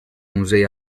musei